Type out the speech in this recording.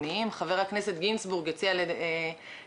חברי הכנסת שאני חושבת שכולם חדשים,